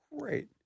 great